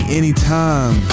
anytime